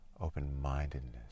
open-mindedness